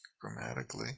grammatically